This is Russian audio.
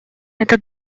это